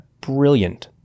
brilliant